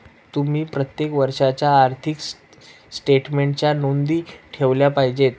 तुम्ही प्रत्येक वर्षाच्या आर्थिक स्टेटमेन्टच्या नोंदी ठेवल्या पाहिजेत